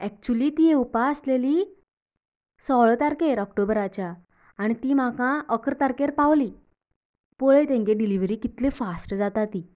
actually ती येवपा आसलेली सोळा तारखेर ऑक्टोबराच्या आनी ती म्हाका अकरा तारकेर पावली पळय तेंगे डिलव्हरी कितली फास्ट जाता ती